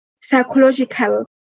psychological